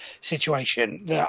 situation